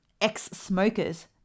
ex-smokers